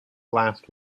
glass